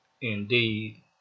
Indeed